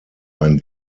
ein